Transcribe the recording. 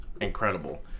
incredible